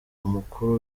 umukuru